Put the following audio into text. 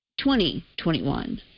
2021